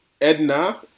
Edna